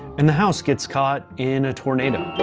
and the house gets caught in a tornado.